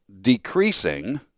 decreasing